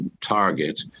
target